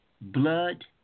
blood